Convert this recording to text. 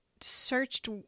searched